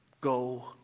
go